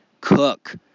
cook